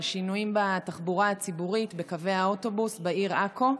שינויים בתחבורה הציבורית בקווי האוטובוס בעיר עכו,